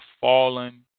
fallen